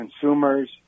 consumers